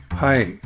Hi